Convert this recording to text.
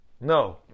No